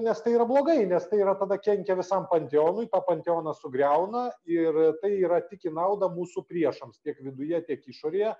nes tai yra blogai nes tai yra tada kenkia visam panteonui tą panteoną sugriauna ir tai yra tik į naudą mūsų priešams tiek viduje tiek išorėje